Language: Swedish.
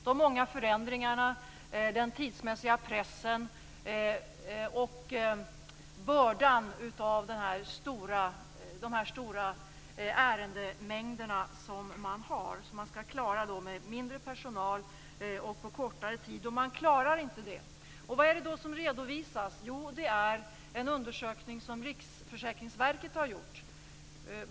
Det är de många förändringarna, tidspressen och bördan av de stora ärendemängderna som skall klaras med mindre personal och på kortare tid. Man klarar inte det. Vad är det då som redovisas? Det är en undersökning som Riksförsäkringsverket har gjort.